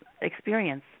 experience